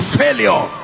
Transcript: failure